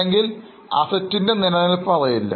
അല്ലെങ്കിൽ Asset ൻറെ നിലനിൽപ്പ് അറിയില്ല